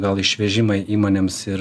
gal išvežimai įmonėms ir